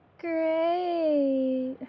Great